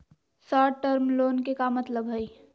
Short term loan के का मतलब हई?